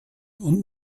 und